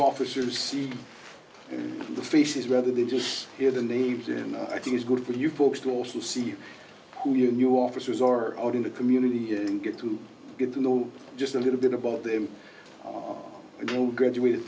officers see the faces rather than just hear the names and i think it's good for you folks to also see who you officers are out in the community here and get to get to know just a little bit about them all graduated